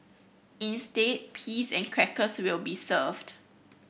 instead peas and crackers will be served